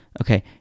Okay